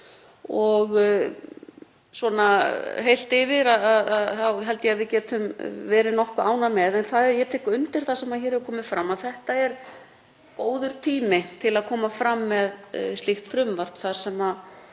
held ég að við getum verið nokkuð ánægð. En ég tek undir það, sem hér hefur komið fram, að þetta er góður tími til að koma fram með slíkt frumvarp. Þó